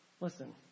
listen